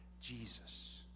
Jesus